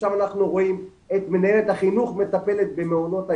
ששם אנחנו רואים את מנהלת החינוך מטפלת במעונות היום,